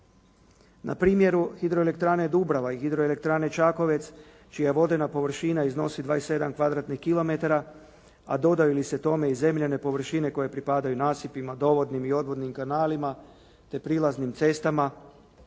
Na primjeru Hidroelektrane Dubrava i Hidroelektrane Čakovec čija vodena površina iznosi 27 kvadratnih kilometara a dodaju li se tome i zemljane površine koje pripadaju nasipima, dovodnim i odvodnim kanalima te prilaznim cestama